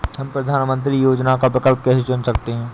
हम प्रधानमंत्री योजनाओं का विकल्प कैसे चुन सकते हैं?